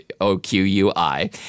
O-Q-U-I